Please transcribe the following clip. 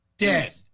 Dead